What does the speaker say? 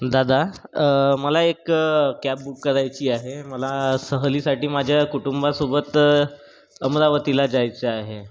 दादा मला एक कॅब बुक करायची आहे मला सहलीसाठी माझ्या कुटुंबासोबत अमरावतीला जायचं आहे